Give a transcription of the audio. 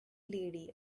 lady